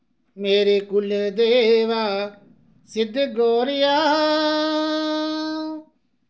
मेरे कुलदेवा सिद्ध गोरिया